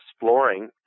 exploring